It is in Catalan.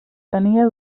tenia